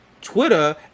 Twitter